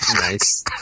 Nice